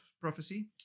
prophecy